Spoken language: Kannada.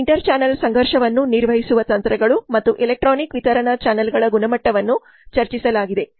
ಇಂಟರ್ ಚಾನೆಲ್ ಸಂಘರ್ಷವನ್ನು ನಿರ್ವಹಿಸುವ ತಂತ್ರಗಳು ಮತ್ತು ಎಲೆಕ್ಟ್ರಾನಿಕ್ ವಿತರಣಾ ಚಾನಲ್ಗಳ ಗುಣಮಟ್ಟವನ್ನು ಚರ್ಚಿಸಲಾಗಿದೆ